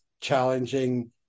challenging